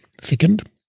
thickened